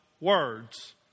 words